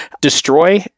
Destroy